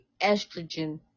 estrogen